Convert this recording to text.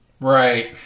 Right